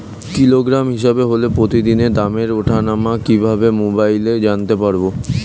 Kilogram হিসাবে হলে প্রতিদিনের দামের ওঠানামা কিভাবে মোবাইলে জানতে পারবো?